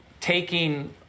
Taking